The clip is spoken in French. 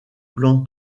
plan